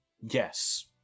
Yes